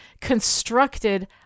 constructed